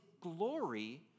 glory